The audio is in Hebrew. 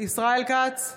ישראל כץ,